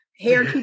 hair